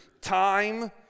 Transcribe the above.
time